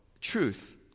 truth